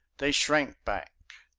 they shrank back.